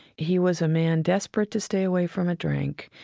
he was a man desperate to stay away from a drink.